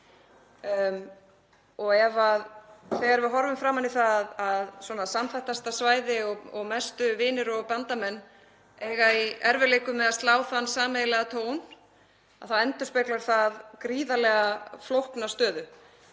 tóni. Þegar við horfum framan í það að samþættasta svæði og mestu vinir og bandamenn eiga í erfiðleikum með að slá þann sameiginlega tón þá endurspeglar það gríðarlega flókna stöðu.